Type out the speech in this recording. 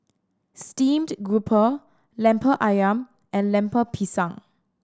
steamed grouper Lemper Ayam and Lemper Pisang